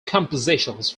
compositions